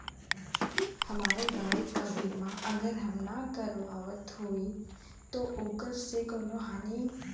हमरे गाड़ी क बीमा अगर हम ना करावत हई त ओकर से कवनों हानि?